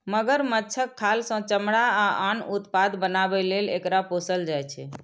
मगरमच्छक खाल सं चमड़ा आ आन उत्पाद बनाबै लेल एकरा पोसल जाइ छै